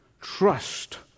trust